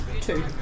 Two